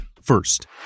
First